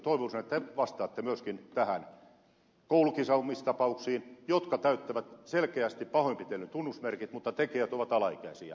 toivoisin että vastaatte myöskin näihin koulukiusaamistapauksiin jotka täyttävät selkeästi pahoinpitelyn tunnusmerkit mutta tekijät ovat alaikäisiä